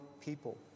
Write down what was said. people